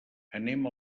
anem